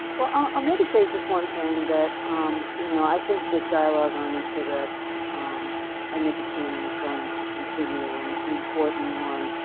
well, i'll maybe say just one thing, that um you know i think this dialogue on e-cigarettes um and nicotine is going to continue. and it's an important one.